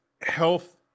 health